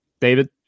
David